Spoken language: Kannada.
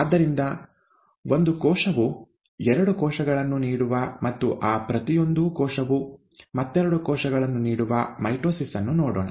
ಆದ್ದರಿಂದ ಒಂದು ಕೋಶವು ಎರಡು ಕೋಶಗಳನ್ನು ನೀಡುವ ಮತ್ತು ಆ ಪ್ರತಿಯೊಂದೂ ಕೋಶವು ಮತ್ತೆರಡು ಕೋಶಗಳನ್ನು ನೀಡುವ ಮೈಟೊಸಿಸ್ ಅನ್ನು ನೋಡೋಣ